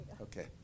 okay